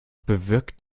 bewirkt